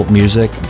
music